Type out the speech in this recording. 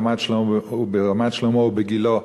ברמת-שלמה ובגילה,